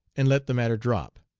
and let the matter drop.